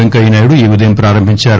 వెంకయ్యనాయుడు ఈ ఉదయం ప్రారంభించారు